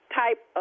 type